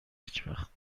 هیچوقت